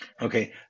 Okay